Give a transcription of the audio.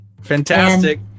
Fantastic